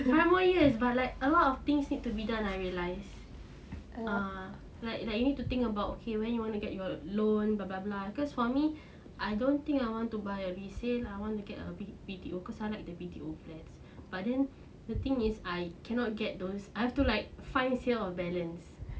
five more years but like a lot of things need to be done I realise ah like like you need to think about okay when you want to get your loan blah blah blah cause for me I don't think I want to buy a resale lah I want to get a B_T_O because I like the B_T_O flats but then the thing is I cannot get those I have to like find sale of balance